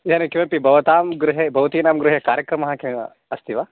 इदानीं किमपि भवतां गृहे भवतीनां गृहे कार्यक्रमः के अस्ति वा